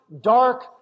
dark